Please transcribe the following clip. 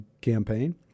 campaign